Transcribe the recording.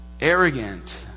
arrogant